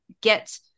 get